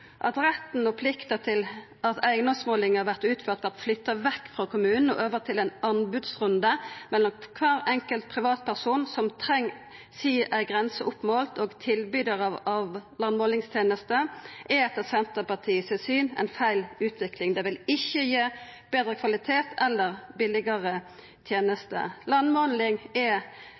At retten og plikta til å utføra eigedomsmålingar, vert flytta vekk frå kommunen og over til ein anbodsrunde mellom kvar enkelt privatperson som treng ei grense målt opp, og tilbydarar av landmålingstenester, er etter Senterpartiet sitt syn ei feil utvikling. Det vil ikkje gi betre kvalitet eller billigare tenester. Landmåling er